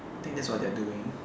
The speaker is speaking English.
think that's what they're doing